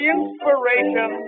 inspiration